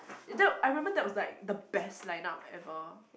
that I remember that was like the best line up ever